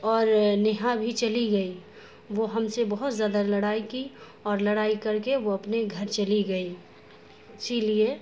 اور نیہا بھی چلی گئی وہ ہم سے بہت زیادہ لڑائی کی اور لڑائی کر کے وہ اپنے گھر چلی گئی اسی لیے